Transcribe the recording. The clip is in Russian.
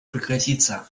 прекратиться